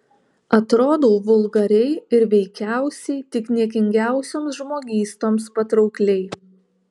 atrodau vulgariai ir veikiausiai tik niekingiausioms žmogystoms patraukliai